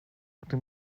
gdy